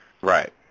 Right